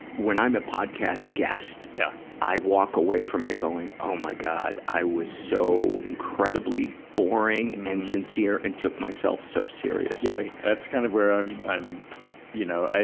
when i'm a podcast guest, yeah i walk away from it going, oh my god, i was so incredibly boring and sincere and took myself so seriously. yeah! that's kind of where i'm i'm you know,